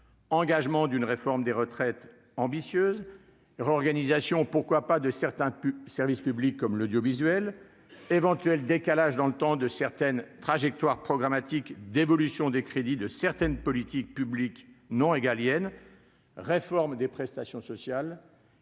engagement d'une réforme des retraites ambitieuse réorganisation, pourquoi pas, de certains pu service public comme l'audiovisuel éventuel décalage dans le temps de certaines trajectoires programmatique d'évolution des crédits de certaines politiques publiques non régaliennes, réforme des prestations sociales,